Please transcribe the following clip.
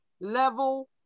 level